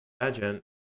imagine